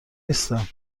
نیستم